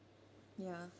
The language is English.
ya